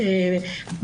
אהד,